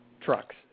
trucks